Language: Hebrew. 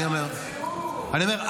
אני אומר,